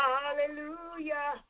Hallelujah